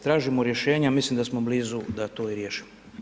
Tražimo rješenja, mislim da smo blizu da to i riješimo.